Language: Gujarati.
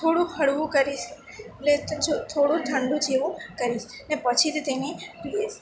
થોડું હળવું કરીશ એટલે જો થોડું ઠંડુ જેવું કરીશ ને પછી તો તેને ગેસ